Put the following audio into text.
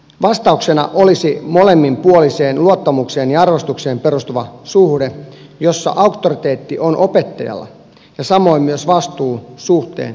vastauksena olisi molemminpuoliseen luottamukseen ja arvostukseen perustuva suhde jossa auktoriteetti on opettajalla ja samoin myös vastuu suhteen edistämisestä